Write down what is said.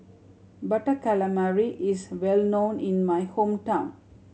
Butter Calamari is well known in my hometown